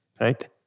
right